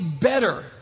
better